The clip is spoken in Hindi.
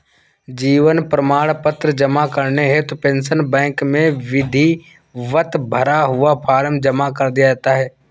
जीवन प्रमाण पत्र जमा करने हेतु पेंशन बैंक में विधिवत भरा हुआ फॉर्म जमा कर दिया जाता है